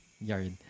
yard